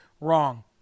wrong